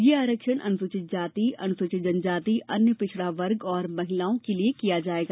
यह आरक्षण अनुसूचित जाति अनुसूचित जनजाति अन्य पिछड़ा वर्ग और महिलाओं के लिये किया जायेगा